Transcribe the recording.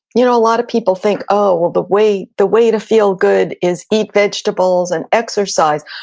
you know a lot of people think, oh, well, the way the way to feel good is eat vegetables and exercise.